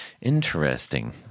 Interesting